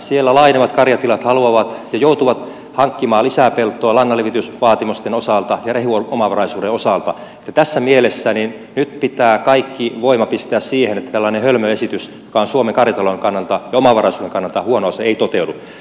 siellä laajenevat karjatilat haluavat ja joutuvat hankkimaan lisää peltoa lannanlevitysvaatimusten ja rehuomavaraisuuden osalta ja tässä mielessä nyt pitää kaikki voima pistää siihen että tällainen hölmö esitys joka on suomen karjatalouden ja omavaraisuuden kannalta huono asia ei toteudu